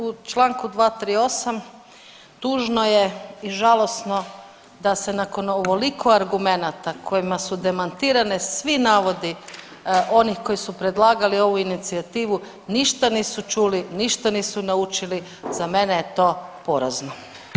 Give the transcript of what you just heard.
U čl. 238. tužno je i žalosno da se nakon ovoliko argumenata kojima su demantirani svi navodi onih koji su predlagali ovu inicijativu ništa nisu čuli, ništa nisu naučili za mene je to porazno.